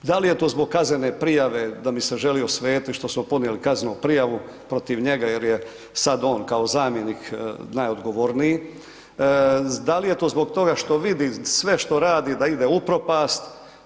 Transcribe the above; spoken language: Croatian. Da li je to zbog kaznene prijave da mi se želi osvetiti što smo podnijeli kaznenu prijavu protiv njega jer je sada on kao zamjenik najodgovorniji, da li je to zbog toga što vidi sve što radi da ide u propast?